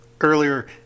earlier